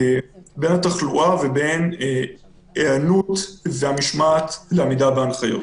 בין התחלואה ובין ההיענות והמשמעת לעמידה בהנחיות,